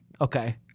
Okay